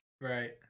right